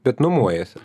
bet nuomojasi